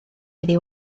iddi